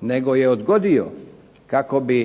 nego je odgodio kako bi